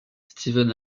steven